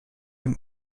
dem